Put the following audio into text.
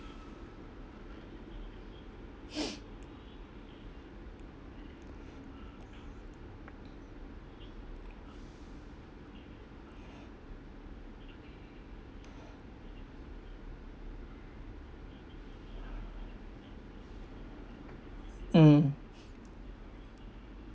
mm